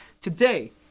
today